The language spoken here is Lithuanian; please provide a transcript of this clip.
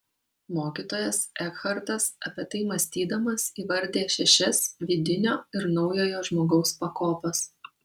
mokytojas ekhartas apie tai mąstydamas įvardija šešias vidinio ir naujojo žmogaus pakopas